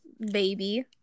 baby